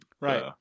Right